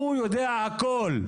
הוא יודע הכל,